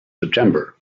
september